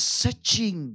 searching